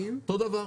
אותו דבר.